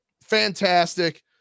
fantastic